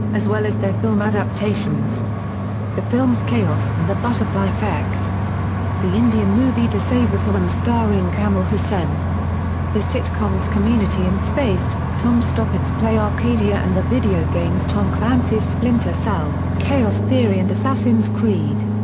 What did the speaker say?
as well as their film adaptations the films chaos and the butterfly effect the indian movie dasavatharam starring kamal hassan the sitcoms community and spaced, tom stoppard's play arcadia and the video games tom clancy's splinter cell chaos theory and assassin's creed.